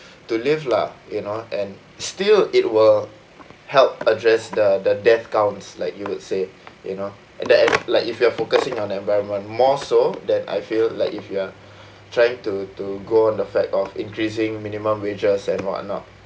to live lah you know and still it will help address the the death counts like you would say you know and that uh like if you are focusing on the environment more so then I feel like if you are trying to to go and affect on increasing minimum wages and whatnot